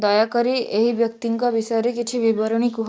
ଦୟାକରି ଏହି ବ୍ୟକ୍ତିଙ୍କ ବିଷୟରେ କିଛି ବିବରଣୀ କୁହ